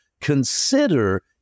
consider